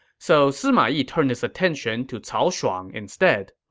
so sima yi turned his attention to cao shuang instead.